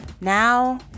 Now